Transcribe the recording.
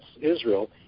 Israel